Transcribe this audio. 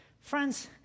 Friends